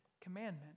commandment